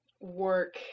work